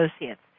associates